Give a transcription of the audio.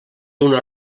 una